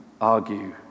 argue